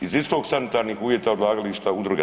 Iz istog sanitarnih uvjeta odlagališta u druga.